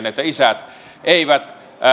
että isät eivät